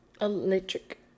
electric